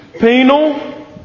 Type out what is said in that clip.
penal